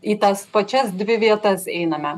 į tas pačias dvi vietas einame